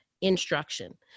instruction